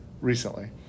recently